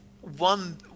one